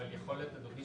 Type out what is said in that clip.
אדוני,